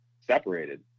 separated